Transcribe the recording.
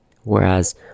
whereas